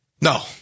No